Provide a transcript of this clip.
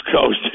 Coast